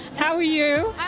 how are you?